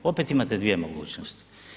Opet imate dvije mogućnosti.